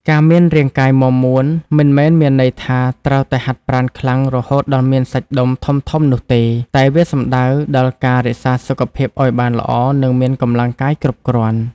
ការមានរាងកាយមាំមួនមិនមែនមានន័យថាត្រូវតែហាត់ប្រាណខ្លាំងរហូតដល់មានសាច់ដុំធំៗនោះទេ តែវាសំដៅដល់ការរក្សាសុខភាពឲ្យបានល្អ និងមានកម្លាំងកាយគ្រប់គ្រាន់។